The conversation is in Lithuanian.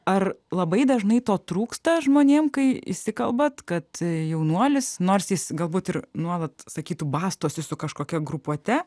ar labai dažnai to trūksta žmonėm kai įsikalbat kad jaunuolis nors jis galbūt ir nuolat sakytų bastosi su kažkokia grupuote